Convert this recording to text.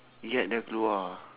yat dah keluar